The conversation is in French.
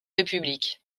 république